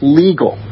legal